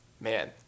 Man